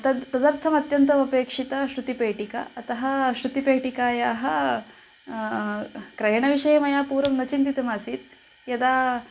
तद् तदर्थम् अत्यन्तम् अपेक्षिता श्रुतिपेटिका अतः श्रुतिपेटिकायाः क्रयणविषये मया पूर्वं न चिन्तितमासीत् यदा